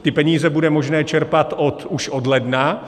Ty peníze bude možné čerpat už od ledna.